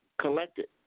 collected